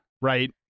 right